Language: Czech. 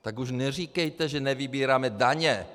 Tak už neříkejte, že nevybíráme daně.